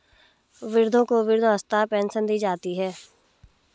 वृद्धों को वृद्धावस्था पेंशन दी जाती है